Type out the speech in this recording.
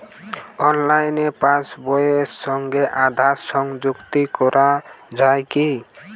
অনলাইনে পাশ বইয়ের সঙ্গে আধার সংযুক্তি করা যায় কি?